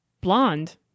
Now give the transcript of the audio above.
blonde